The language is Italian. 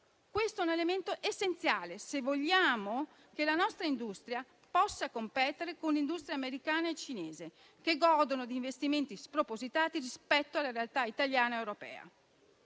Questo è un elemento essenziale se vogliamo che la nostra industria possa competere con le industrie americana e cinese, le quali godono di investimenti spropositati rispetto alla realtà italiana ed europea.